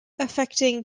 affecting